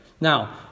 Now